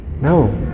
No